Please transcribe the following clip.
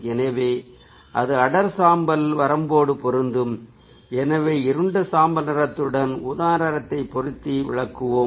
எனவே அது அடர் சாம்பல் வரம்போடு பொருந்தும் எனவே இருண்ட சாம்பல் நிறத்துடன் ஊதா நிறத்தை பொருத்தி விளக்குவோம்